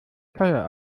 teuer